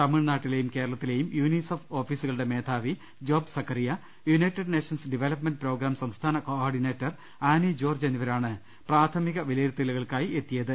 തമിഴ്നാട്ടിലെയും കേരളത്തിലെയും യുനിസഫ് ഓഫീസുകളുടെ മേധാവി Job Zachariah united nations development programme സംസ്ഥാന കോഓർഡി നേറ്റർ ആനിജോർജ്ജ് എന്നിവരാണ് പ്രാഥമിക വിലയിരുത്തലു കൾക്കായി എത്തിയത്